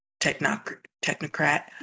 technocrat